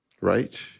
right